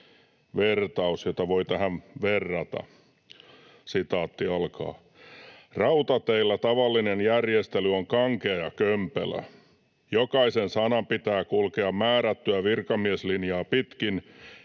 vertaus, jota voi tähän verrata: ”Rautateillä tavallinen järjestely on kankea ja kömpelö. Jokaisen sanan pitää kulkea määrättyä virkamieslinjaa pitkin,